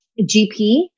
GP